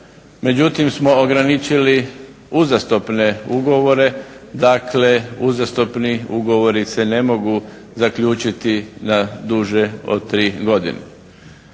međutim smo ograničili uzastopne ugovore. Dakle uzastopni ugovori se ne mogu zaključiti na duže od 3 godine.